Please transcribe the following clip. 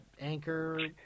Anchor